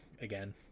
again